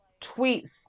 tweets